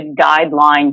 guideline